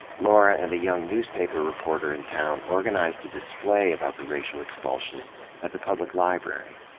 lora and a young newspaper reporter in town organized a display about the racial expulsion at the public library,